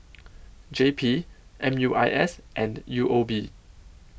J P M U I S and U O B